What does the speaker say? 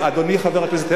קבל את ה"חמאס".